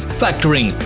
factoring